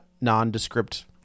nondescript